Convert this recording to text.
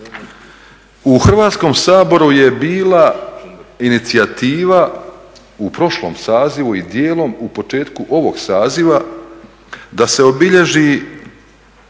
U Hrvatskom saboru je bila inicijativa u prošlom sazivu i dijelom u početku ovog saziva da se obilježe